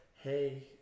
hey